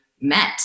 met